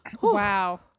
wow